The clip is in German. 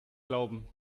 glauben